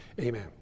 amen